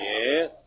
Yes